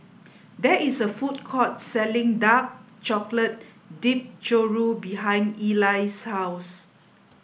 there is a food court selling Dark Chocolate Dipped Churro behind Ely's house